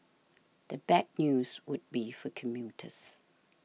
the bad news would be for commuters